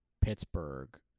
Pittsburgh